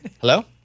Hello